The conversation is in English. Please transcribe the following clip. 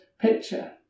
picture